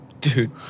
Dude